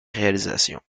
réalisation